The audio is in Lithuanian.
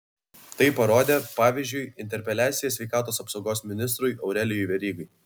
tai parodė pavyzdžiui interpeliacija sveikatos apsaugos ministrui aurelijui verygai